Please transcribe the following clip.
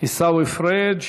עיסאווי פריג',